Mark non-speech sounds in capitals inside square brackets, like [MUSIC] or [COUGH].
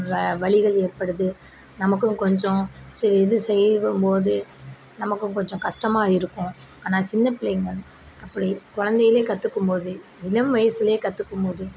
[UNINTELLIGIBLE] வலிகள் ஏற்படுது நமக்கும் கொஞ்சம் சே இது செய்யும் போது நமக்கும் கொஞ்சம் கஷ்டமாக இருக்கும் ஆனால் சின்ன பிள்ளைங்க அப்படி குழந்தைலே கற்றுக்கும் போது இளம் வயதில் கற்றுக்கும் போது